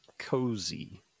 cozy